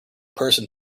person